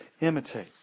imitate